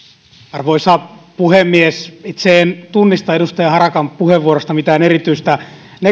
arvoisa puhemies itse en tunnista edustaja harakan puheenvuorosta mitään erityistä